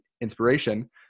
inspiration